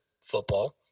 football